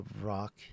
Rock